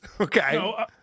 Okay